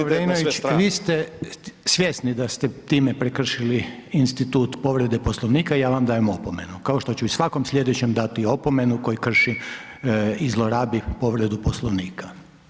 vi ste svjesni da ste time prekršili institut povrede Poslovnika, ja vam dajem opomenu, kao što ću i svakom slijedećem dati opomenu koji krši i zlorabi povredu Poslovnika.